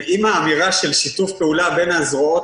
אם האמירה על שיתוף פעולה בין הזרועות